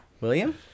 William